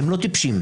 לא טיפשים.